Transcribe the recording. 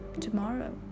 tomorrow